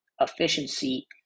efficiency